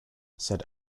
said